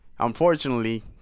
unfortunately